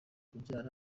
kubyara